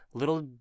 little